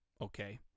okay